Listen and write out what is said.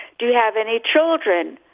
do you have any children?